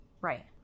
Right